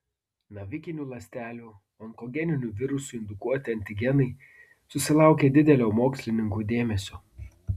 navikinių ląstelių onkogeninių virusų indukuoti antigenai susilaukė didelio mokslininkų dėmesio